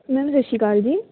ma'am ਸਤਿ ਸ਼੍ਰੀ ਅਕਾਲ ਜੀ